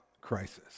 crisis